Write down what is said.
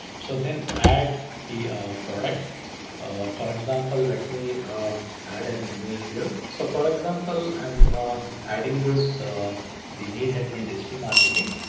so then add the product for example, let like me add an image here. so for example, i'm um adding this the need help in digital marketing,